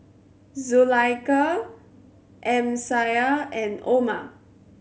Zulaikha Amsyar and Omar